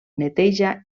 neteja